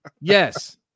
Yes